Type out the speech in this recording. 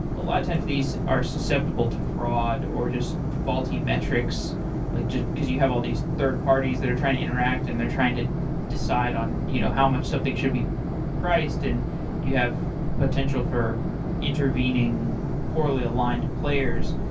a lot of times these are susceptible to fraud or just faulty metrics like just because you have all these third parties that are trying to interact and they're trying to decide on you know how much something should be priced and you have potential for intervening poorly aligned players.